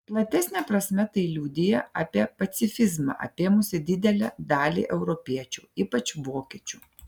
platesne prasme tai liudija apie pacifizmą apėmusį didelę dalį europiečių ypač vokiečių